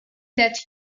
that